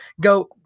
go